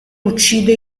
uccide